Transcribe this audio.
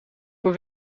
voor